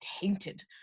tainted